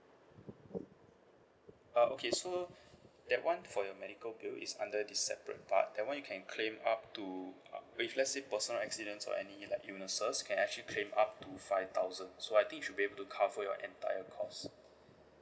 uh okay so that [one] for your medical bill is under the separate part that [one] you can claim up to uh if let's say personal accidents or any like illnesses can actually claim up to five thousand so I think it should be able to cover your entire cost